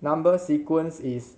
number sequence is